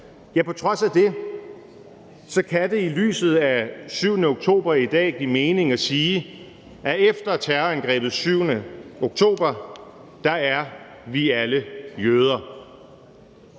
er kommet til verden, i lyset af 7. oktober i dag kan give mening at sige, at efter terrorangrebet den 7. oktober er vi alle jøder.